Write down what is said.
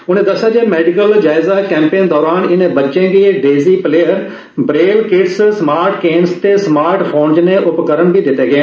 उनें दस्सेआ जे मेडिकल जायजा कैंपें दरान इनें बच्चें गी daisy player braille kits smart canes ते समार्ट फोन जनेह् उपकरण बी दित्ते गे